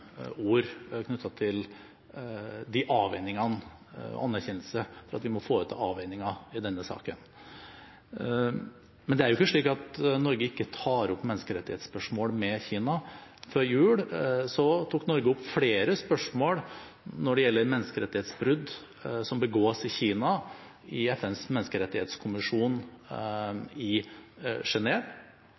at vi må foreta oss avveininger i denne saken. Men det er ikke slik at Norge ikke tar opp menneskerettighetsspørsmål med Kina. Før jul tok Norge opp flere spørsmål når det gjelder menneskerettighetsbrudd som begås i Kina, i FNs menneskerettighetskommisjon i